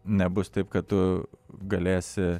nebus taip kad tu galėsi